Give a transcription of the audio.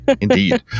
indeed